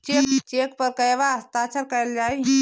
Check पर कहवा हस्ताक्षर कैल जाइ?